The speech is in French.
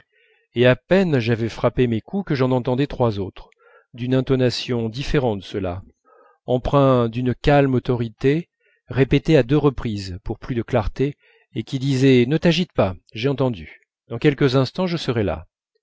et à peine j'avais frappé mes coups que j'en entendais trois autres d'une intonation différente de ceux-là empreints d'une calme autorité répétés à deux reprises pour plus de clarté et qui disaient ne t'agite pas j'ai entendu dans quelques instants je serai là